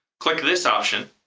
click this option,